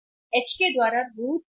Hk द्वारा root के तहत विभाजित किया गया